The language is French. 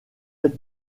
êtes